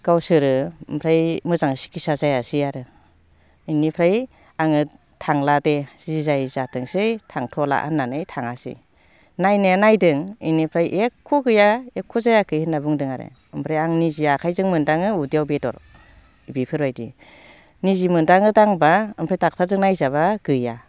गावसोरो ओमफ्राय मोजां सिकित्सा जायासै आरो बेनिफ्राय आङो थांला दे जि जायो जाथोंसै थांथ'ला होननानै थाङासै नायनाया नायदों बेनिफ्राय एख' गैया एख' जायाखै होनना बुंदों आरो ओमफ्राय आं निजे आखाइजों मोन्दाङो उदैयाव बेदर बेफोरबायदि निजे मोन्दाङो दांबा ओमफ्राय दक्ट'रजों नायजाबा गैया